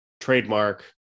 Trademark